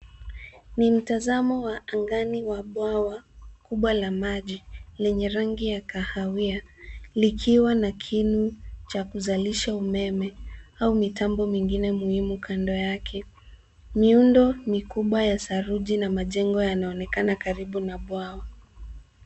Ni mtazamo wa angani wa bwawa kubwa la maji lenye rangi ya kahawia likiwa na kinu cha kuzalisha umeme au mitambo mingine muhimu kando yake. Miundo mikubwa ya saruji na majengo yanaonekana karibu na bwawa.